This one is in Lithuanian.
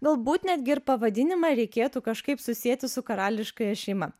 galbūt netgi ir pavadinimą reikėtų kažkaip susieti su karališkąja šeima